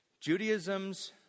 judaism's